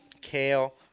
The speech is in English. kale